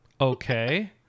Okay